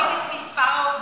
אם הוא הקטין את מספר העובדים,